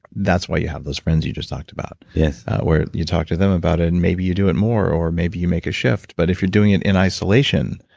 that's why you have those friends you just talked about, yeah where you talk to them about it, and maybe you do it more, or maybe you make a shift. but if you're doing it in isolation,